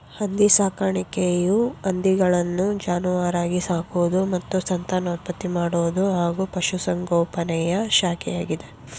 ಹಂದಿ ಸಾಕಾಣಿಕೆಯು ಹಂದಿಗಳನ್ನು ಜಾನುವಾರಾಗಿ ಸಾಕುವುದು ಮತ್ತು ಸಂತಾನೋತ್ಪತ್ತಿ ಮಾಡುವುದು ಹಾಗೂ ಪಶುಸಂಗೋಪನೆಯ ಶಾಖೆಯಾಗಿದೆ